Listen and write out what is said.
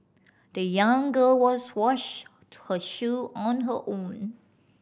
the young girl was washed her shoe on her own